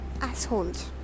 assholes